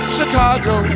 Chicago